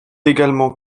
également